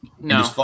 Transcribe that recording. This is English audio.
No